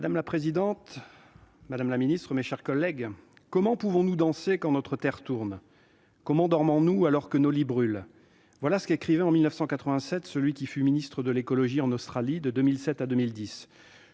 Madame la présidente, madame la secrétaire d'État, mes chers collègues, « Comment pouvons-nous danser quand notre terre tourne, comment dormons-nous, alors que nos lits brûlent ?» Voilà ce qu'écrivait en 1987 celui qui fut ministre de l'environnement en Australie de 2007 à 2010.